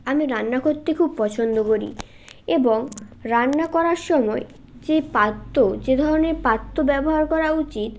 আমি রান্না করতে খুব পছন্দ করি এবং রান্না করার সময় যে পাত্র যে ধরনের পাত্র ব্যবহার করা উচিত